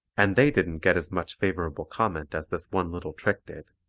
and they didn't get as much favorable comment as this one little trick did.